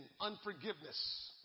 unforgiveness